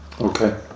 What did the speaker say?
Okay